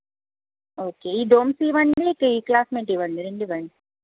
okay ఈ డోమ్స్ ఇవన్నీ టీ క్లాస్మెంట్ ఇవ్వండి రెండివ్వండి